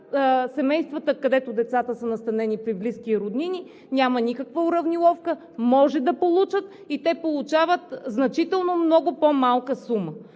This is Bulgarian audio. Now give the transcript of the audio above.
семейства, където децата са настанени при близки и роднини, няма никаква уравниловка – може да получат и те получават значително по-малка сума.